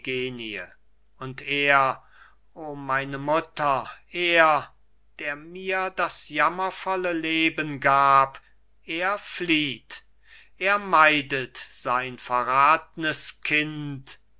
und er o meine mutter er der mir das jammervolle leben gab er flieht er meidet sein verrathnes kind